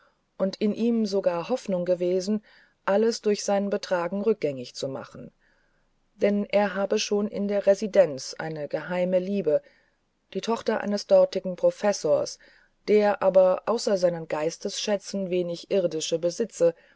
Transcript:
und in ihm sogar hoffnung gewesen alles durch sein betragen rückgängig zu machen denn er habe schon in der residenz eine geheime liebe die tochter eines dortigen professors der aber außer seinen geistesschätzen wenig irdische besitze